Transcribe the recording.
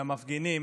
מהמפגינים,